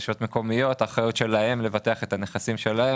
האחריות של רשויות המקומיות לבטח את הנכסים שלהן,